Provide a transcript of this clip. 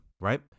right